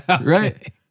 right